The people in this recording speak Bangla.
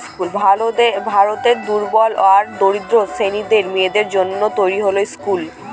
ভারতের দুর্বল আর দরিদ্র শ্রেণীর মেয়েদের জন্য তৈরী হয় স্কুল